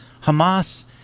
hamas